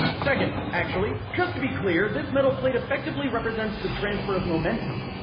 second, actually. just to be clear, this metal plate effectively represents the transfer of momentum.